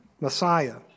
Messiah